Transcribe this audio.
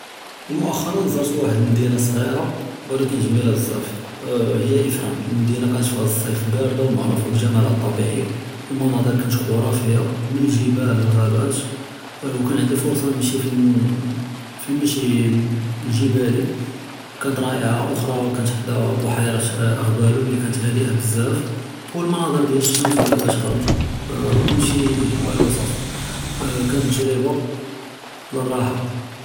מוכרא זרת ואחד למדינה צגירה ולקין ג'מילה בזאף הי אifra אלמדינה כנשפי סיף ברדה ומע'רופה בג'מליה אלטבעי ואלמנאז'ר كانت חראפיה מן אלג'בל ללערבות ו كانت ענדי פורצה כנמשי פי אלמשי אלג'באלי كانت ראעיה אוחרה בחדא בהירה אגבלו לי كانت הדיעה בזאף ו אלמנאז'ר דיאל אלשמש והי קטגרב كانت תג'ריבה לירחה.